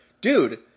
Dude